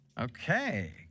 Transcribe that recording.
Okay